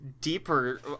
deeper